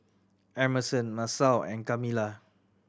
Emerson Masao and Kamilah